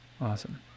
awesome